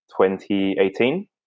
2018